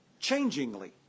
changingly